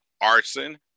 Arson